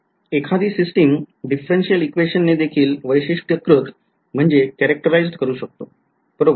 विध्यार्थी एखादी सिस्टिम एखादी सिस्टिम differential equation ने देखील वैशिष्ट्यीकृत करू शकतो बरोबर